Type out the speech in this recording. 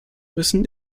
müssen